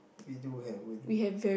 we do have wind